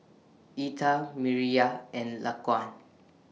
Etha Mireya and Laquan